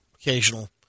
occasional